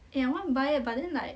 eh I want buy eh but then like